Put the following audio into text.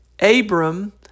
Abram